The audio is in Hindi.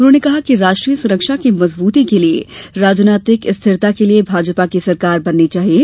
उन्होंने कहा कि राष्ट्रीय सुरक्षा की मजबूती के लिये राजनीतिक स्थिरता के लिये भाजपा की सरकार बननी चाहिये